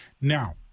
Now